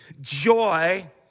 joy